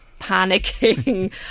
panicking